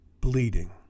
bleeding